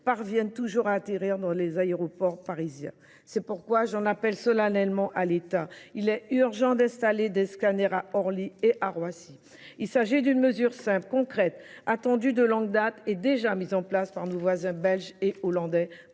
parviennent toujours à atterrir dans les aéroports parisiens. C'est pourquoi j'en appelle solennellement à l'État. Il est urgent d'installer des scanners à Orly et à Roissy. Il s'agit d'une mesure simple, concrète, attendue de longue date et déjà mise en place par nos voisins belges et hollandais